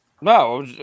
No